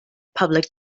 public